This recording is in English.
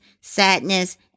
sadness